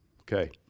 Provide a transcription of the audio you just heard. Okay